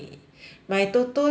买 toto lah